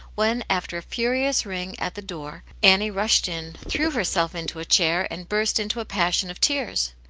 when, after a furious ring at the door, annie rushed in, threw herself into a chair, and burst into a passion of tears.